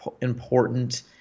important